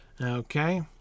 Okay